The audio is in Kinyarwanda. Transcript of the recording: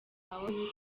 aho